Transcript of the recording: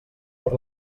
per